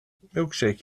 milkshake